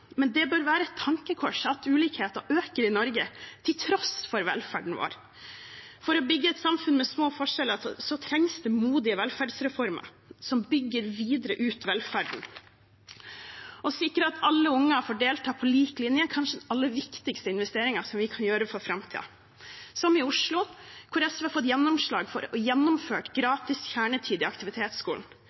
Men det bør være et tankekors at ulikhetene øker i Norge til tross for velferden vår. For å bygge et samfunn med små forskjeller trengs det modige velferdsreformer som bygger velferden videre ut. Å sikre at alle unger får delta på lik linje er kanskje den viktigste investeringen vi kan gjøre for framtiden – som i Oslo, hvor SV har fått gjennomslag for og gjennomført gratis kjernetid i aktivitetsskolen.